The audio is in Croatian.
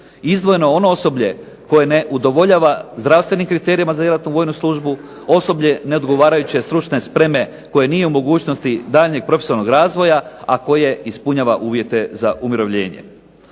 Izdvojeno je ono osoblje koje ne udovoljava zdravstvenim kriterijima za djelatnu vojnu službu, osoblje neodgovarajuće stručne spreme koje nije u mogućnosti daljnjeg profesionalnog razvoja, a koje ispunjava uvjete za umirovljene.